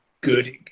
good